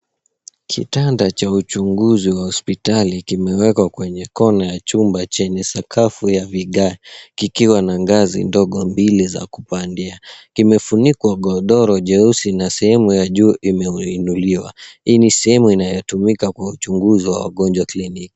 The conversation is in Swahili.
Kitanda cha uchunguzi wa hospitali kimewekwa kwenye corner ya chumba chenye sakafu ya vigae kikiwa na ngazi ndogo mbili za kupandia. Kimefunikwa godoro jeusi na sehemu ya juu imeinuliwa. Hii ni sehemu inayotumika kwa uchunguzi wa wagonjwa kliniki.